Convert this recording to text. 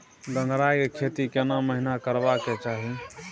गंगराय के खेती केना महिना करबा के चाही?